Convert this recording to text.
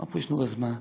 מה פירוש נו אז מה?